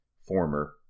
former